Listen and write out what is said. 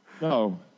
No